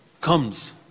comes